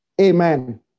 Amen